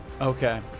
Okay